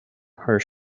her